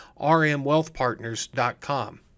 rmwealthpartners.com